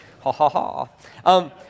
ha-ha-ha